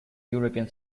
european